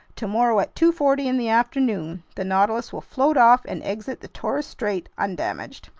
tomorrow at two forty in the afternoon, the nautilus will float off and exit the torres strait undamaged.